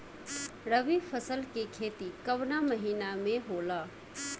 रवि फसल के खेती कवना महीना में होला?